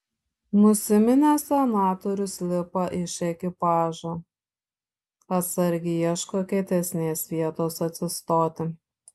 nusiminęs senatorius lipa iš ekipažo atsargiai ieško kietesnės vietos atsistoti